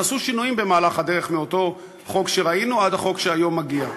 נעשו שינויים במהלך הדרך מאותו חוק שראינו עד החוק שהיום מגיע.